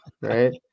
right